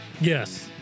Yes